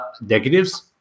negatives